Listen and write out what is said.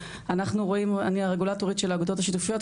אני הרגולטורית של האגודות השיתופיות,